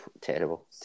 Terrible